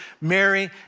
Mary